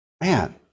man